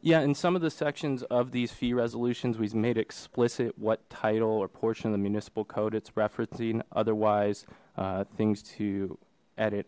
yeah in some of the sections of these fee resolutions we've made explicit what title or portion the municipal code it's referencing otherwise things to edit